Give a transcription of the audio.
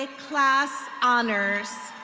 ah clas honors.